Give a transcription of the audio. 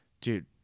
dude